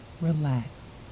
Relax